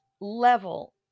level